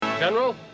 General